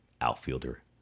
outfielder